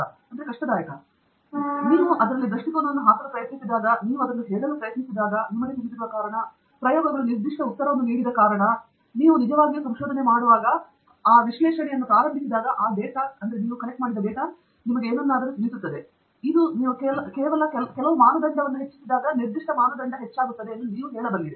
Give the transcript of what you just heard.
ನೀವು ಇದನ್ನು ಚರ್ಚಿಸಿದಾಗ ಅದರಲ್ಲಿ ದೃಷ್ಟಿಕೋನವನ್ನು ಹಾಕಲು ಪ್ರಯತ್ನಿಸಿದಾಗ ನೀವು ಅದನ್ನು ಹೇಳಲು ಪ್ರಯತ್ನಿಸಿದಾಗ ನಿಮಗೆ ತಿಳಿದಿರುವ ಕಾರಣ ಪ್ರಯೋಗಗಳು ನಿರ್ದಿಷ್ಟ ಉತ್ತರವನ್ನು ನೀಡಿದ ಕಾರಣ ನೀವು ನಿಜವಾಗಿಯೂ ಸಂಶೋಧನೆ ಮಾಡುವಾಗ ವಿಶ್ಲೇಷಿಸಲು ಪ್ರಾರಂಭಿಸಿದಾಗ ಆ ಡೇಟಾ ಮತ್ತು ಅದರಲ್ಲಿ ಏನನ್ನಾದರೂ ತಿಳಿಸುತ್ತದೆ ಇದು ನೀವು ಕೇವಲ ಕೆಲವು ಪ್ಯಾರಾಮೀಟರ್ ಅನ್ನು ಹೆಚ್ಚಿಸಿದಾಗ ನಿರ್ದಿಷ್ಟ ಪ್ಯಾರಾಮೀಟರ್ ಹೆಚ್ಚಾಗುತ್ತದೆ ಎಂದು ನೀವು ಸರಳವಾಗಿ ಹೇಳುವಲ್ಲಿ ಹೆಚ್ಚು